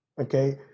okay